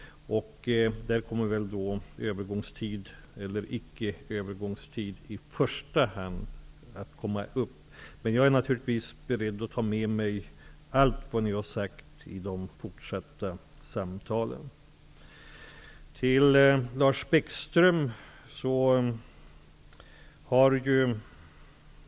Frågan om övergångstid eller icke övergångstid kommer väl då upp i första hand. Jag är naturligtvis beredd att i de fortsatta samtalen ta med mig allt vad ni har sagt.